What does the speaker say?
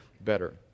better